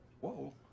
Whoa